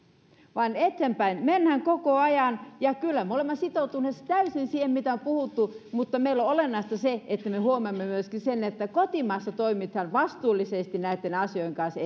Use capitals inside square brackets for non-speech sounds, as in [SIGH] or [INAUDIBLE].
vaan eteenpäin mennään koko ajan ja kyllä me olemme sitoutuneet täysin siihen mitä on puhuttu mutta meille on olennaista se että me huomioimme myöskin sen että kotimaassa toimitaan ja mennään eteenpäin vastuullisesti näitten asioiden kanssa [UNINTELLIGIBLE]